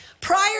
prior